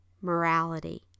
morality